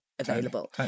available